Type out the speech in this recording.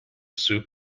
soup